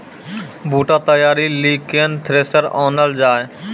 बूटा तैयारी ली केन थ्रेसर आनलऽ जाए?